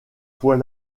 fois